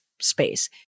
space